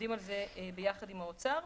עובדים על זה ביחד עם האוצר.